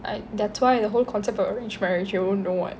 uh that's why the whole concept of arranged marriage you won't know what